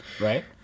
right